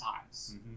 times